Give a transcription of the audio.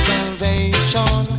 Salvation